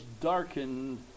darkened